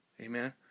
Amen